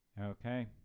okay